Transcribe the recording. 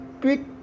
Quick